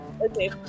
Okay